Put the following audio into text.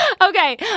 Okay